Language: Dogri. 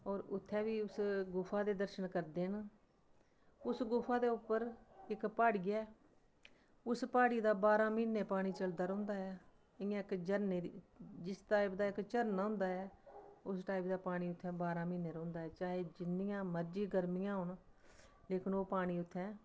होर उत्थै बी उस गुफा दे दर्शन करदे न उस गुफा दे उप्पर इक प्हाड़ी ऐ उस प्हाड़ी दा बारां म्हीने पानी चलदा रौंह्दा ऐ इ'यां इक झरने दी जिस टाइप दा इक झरना होंदा ऐ उस टाइप दा पानी उत्थै बारां म्हीने रौंह्दा ऐ चाहे जिन्नियां मर्जी गर्मियां होन लेकन ओह् पानी उत्थै